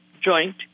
joint